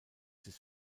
his